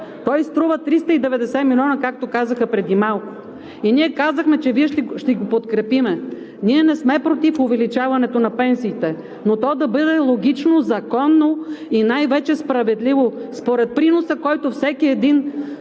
Той струва 390 милиона, както казаха преди малко, и ние казахме, че ще го подкрепим. Ние не сме против увеличаването на пенсиите, но то да бъде логично, законно и най-вече справедливо – според приноса, който всеки един